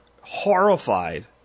horrified